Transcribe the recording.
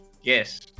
Yes